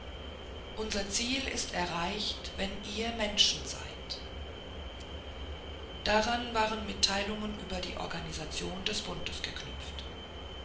unser ziel ist erreicht wenn ihr menschen seid daran waren mitteilungen über die organisation des bundes geknüpft